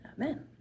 Amen